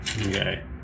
Okay